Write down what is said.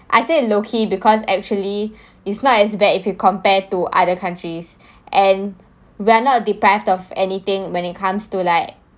I said low key because actually it's not as bad if you compare to other countries and we're not deprived of anything when it comes to like